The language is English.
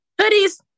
Hoodies